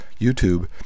YouTube